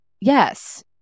Yes